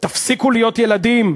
תפסיקו להיות ילדים.